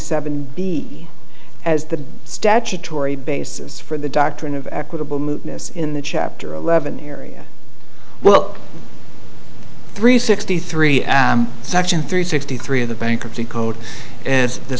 seven b as the statutory basis for the doctrine of equitable movements in the chapter eleven area well three sixty three section three sixty three of the bankruptcy code and the